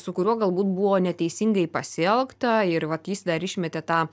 su kuriuo galbūt buvo neteisingai pasielgta ir vat jis dar išmetė tą